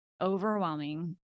overwhelming